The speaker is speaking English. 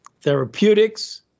therapeutics